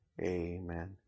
Amen